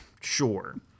Sure